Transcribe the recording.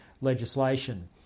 legislation